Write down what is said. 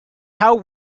how